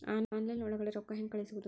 Online ಒಳಗಡೆ ರೊಕ್ಕ ಹೆಂಗ್ ಕಳುಹಿಸುವುದು?